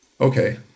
okay